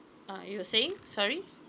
ah you were saying sorry